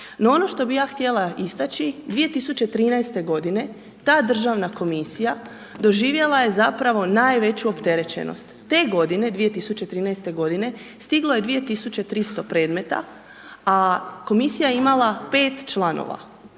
No, ono što bih ja htjela istaći, 2013. godine ta državna komisija doživjela je zapravo najveću opterećenost. Te godine, 2013. g. stiglo je 2300 predmeta, a komisija je imala 5 članova.